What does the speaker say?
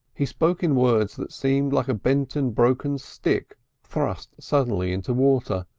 he spoke in words that seemed like a bent and broken stick thrust suddenly into water,